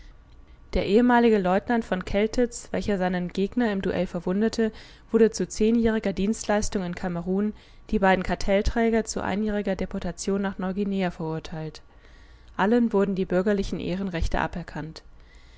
der ehemalige leutnant v keltiz welcher seinen gegner im duell verwundete wurde zu zehnjähriger dienstleistung in kamerun die beiden kartellträger zu einjähriger deportation nach neu-guinea verurteilt allen wurden die bürgerlichen ehrenrechte aberkannt